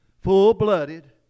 full-blooded